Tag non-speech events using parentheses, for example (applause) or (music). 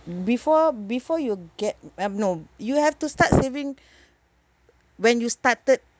before before you get um no you have to start saving (breath) when you started